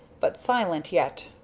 but silent yet.